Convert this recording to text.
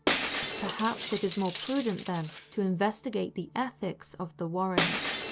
perhaps it is more prudent, then, to investigate the ethics of the warrens.